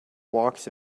walks